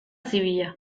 zibila